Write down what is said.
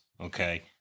Okay